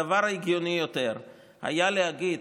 הדבר ההגיוני יותר היה להגיד,